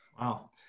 wow